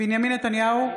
בנימין נתניהו,